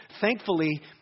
Thankfully